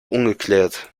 ungeklärt